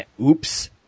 Oops